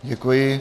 Děkuji.